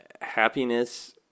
Happiness